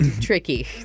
tricky